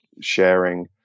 sharing